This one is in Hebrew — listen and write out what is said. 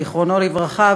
זיכרונו לברכה,